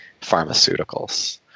pharmaceuticals